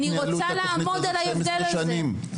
אני רוצה לעמוד על ההבדל הזה.